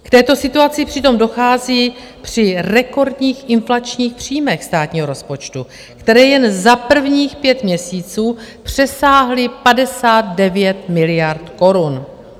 K této situaci přitom dochází při rekordních inflačních příjmech státního rozpočtu, které jen za prvních pět měsíců přesáhly 59 miliard korun.